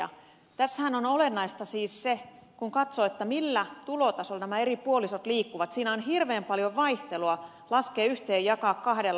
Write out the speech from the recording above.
tässähän on olennaista siis se että kun katsoo millä tulotasolla nämä eri puolisot liikkuvat siinä on hirveän paljon vaihtelua kun laskee yhteen jakaa kahdella